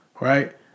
right